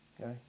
Okay